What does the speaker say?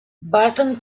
burton